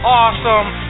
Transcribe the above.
awesome